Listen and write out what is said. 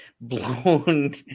blown